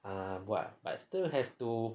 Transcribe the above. but I still have to